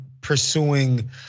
pursuing